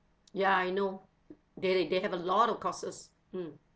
ya I know they they they have a lot of courses mm